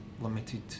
limited